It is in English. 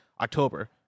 October